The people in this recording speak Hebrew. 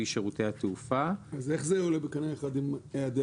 שירותי התעופה" --- אז איך זה עולה בקנה אחד עם היעדר